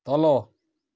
ତଲ